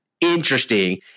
interesting